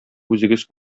үзегез